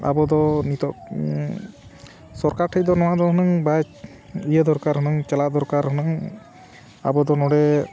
ᱟᱵᱚ ᱫᱚ ᱱᱤᱛᱳᱜ ᱥᱚᱨᱠᱟᱨ ᱴᱷᱮᱡ ᱫᱚ ᱱᱚᱣᱟ ᱫᱚ ᱦᱩᱱᱟᱹᱝ ᱵᱟᱭ ᱤᱭᱟᱹ ᱫᱚᱨᱠᱟᱨ ᱦᱩᱱᱟᱹᱝ ᱪᱟᱞᱟᱜ ᱫᱚᱨᱠᱟᱨ ᱦᱩᱱᱟᱹᱝ ᱟᱵᱚ ᱫᱚ ᱱᱚᱰᱮ